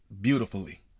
beautifully